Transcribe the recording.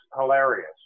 hilarious